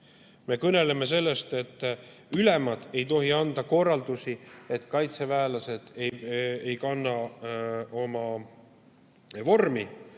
Me kõneleme sellest, et ülemad ei tohi anda korraldust, et kaitseväelased ei kannaks vormi.